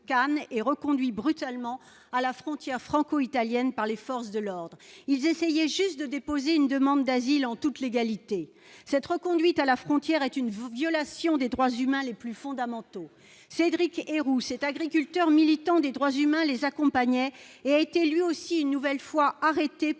et reconduit brutalement à la frontière franco-italienne par les forces de l'ordre ils essayaient juste de déposer une demande d'asile en toute légalité cette reconduite à la frontière est une violation des droits humains les plus fondamentaux, Cédric et cet agriculteur militant des droits humains, les accompagnaient et était lui aussi une nouvelle fois arrêté